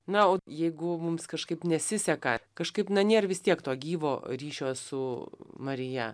na o jeigu mums kažkaip nesiseka kažkaip na nėr vis tiek to gyvo ryšio su marija